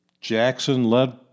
Jackson-led